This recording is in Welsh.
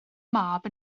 mab